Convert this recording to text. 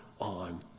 on